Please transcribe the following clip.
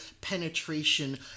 penetration